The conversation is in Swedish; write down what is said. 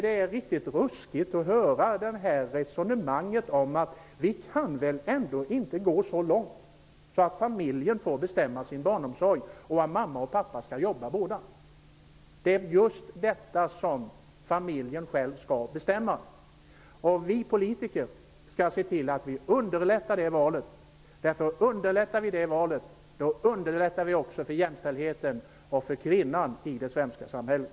Det är riktigt ruskigt att höra resonemanget om att vi väl ändå inte kan gå så långt att familjen får bestämma om sin barnomsorg och om både mamma och pappa skall jobba. Det är just detta som familjen själv skall bestämma om. Vi politiker skall underlätta det valet. Då underlättar vi också för jämställdheten och för kvinnan i det svenska samhället.